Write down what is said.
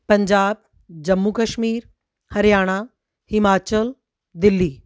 Punjab Jammu Kashmir Haryana Himachal Delhi